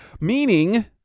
meaning